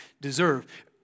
deserve